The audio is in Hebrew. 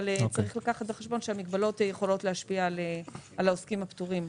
אבל צריך לקחת בחשבון שהמגבלות יכולות להשפיע על העוסקים הפטורים.